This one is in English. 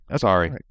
Sorry